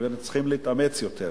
ואנחנו צריכים להתאמץ יותר.